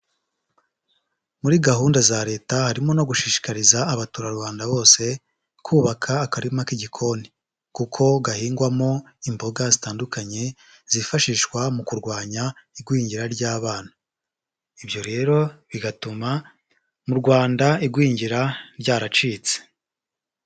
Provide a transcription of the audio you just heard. Muri gahunda za leta harimo no gushishikariza abaturarwanda bose kubaka akarima k'igikoni, kuko gahingwamo imboga zitandukanye zifashishwa mu kurwanya igwingira ry'abana, ibyo rero bigatuma mu Rwanda igwingira ryaracitse.